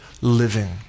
living